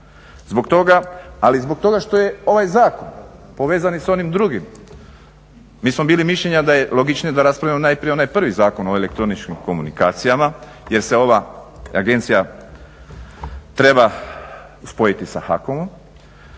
Zbog toga, ali i zbog toga što je ovaj zakon povezan i sa onim drugim, mi smo bili mišljenja da je logičnije da raspravimo najprije onaj prvi zakon o elektroničkim telekomunikacijama jer se ova agencija treba spojiti sa HAKOM-om